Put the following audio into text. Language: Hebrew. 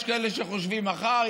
יש כאלה שחושבים מחר,